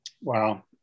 Wow